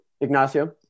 Ignacio